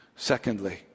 Secondly